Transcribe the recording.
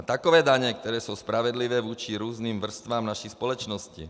Takové daně, které jsou spravedlivé vůči různým vrstvám naší společnosti.